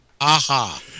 Aha